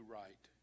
right